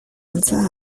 antza